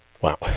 Wow